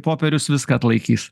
popierius viską atlaikys